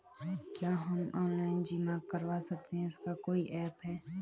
क्या हम ऑनलाइन जीवन बीमा करवा सकते हैं इसका कोई ऐप है?